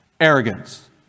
arrogance